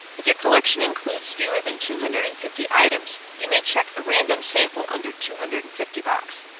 if your collection includes fewer than two hundred and fifty items, you may check the random sample under two hundred and fifty box.